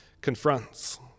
confronts